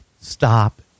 Stop